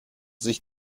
sich